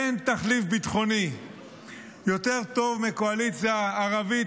אין תחליף ביטחוני יותר טוב מקואליציה ערבית,